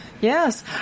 Yes